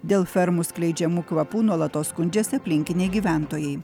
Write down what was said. dėl fermų skleidžiamų kvapų nuolatos skundžiasi aplinkiniai gyventojai